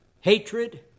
hatred